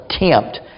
attempt